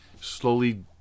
slowly